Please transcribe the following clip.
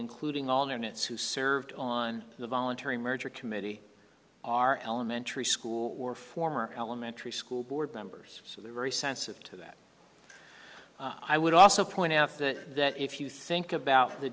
including all the myths who served on the voluntary merger committee are elementary school were former elementary school board members so they're very sensitive to that i would also point out that that if you think about the